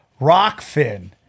Rockfin